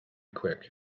quick